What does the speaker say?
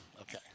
Okay